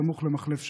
סמוך למחלף שפירים.